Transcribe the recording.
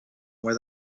where